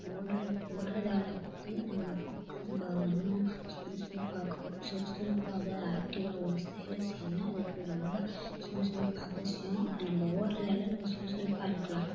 ஓட்றத் ஓடுறதால வந்து நம்ம கோ நம்ம இன்னும் சுறுசுறுப்பாக்கும் சுறுசுறுப்பாக ஆக்டிவாக ஒரு செயலை செய்யணுனா அதுக்கு ரொம்ப சுறுசுறுப்பு அவசியம் அ நம்ம ஓடுறதால நம்ம சுறுசுறுப்பாக இருக்கலாம்